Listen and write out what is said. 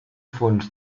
fons